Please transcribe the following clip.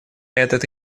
этот